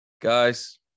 Guys